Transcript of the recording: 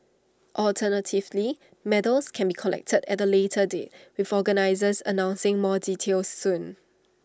alternatively medals can be collected at A later date with organisers announcing more details soon